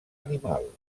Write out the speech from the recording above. animal